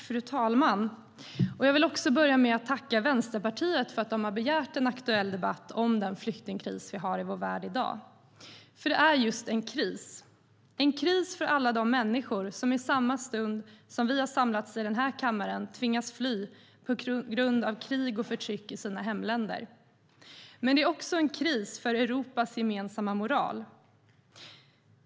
Fru talman! Jag vill börja med att tacka Vänsterpartiet för att de begärt en aktuell debatt om den flyktingkris vi har i vår värld i dag. Det är just en kris - en kris för alla de människor som i samma stund som vi har samlats i den här kammaren tvingas fly på grund av krig och förtryck i sina hemländer. Men det är också en kris för Europas gemensamma moral.